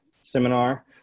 seminar